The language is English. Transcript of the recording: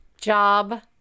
job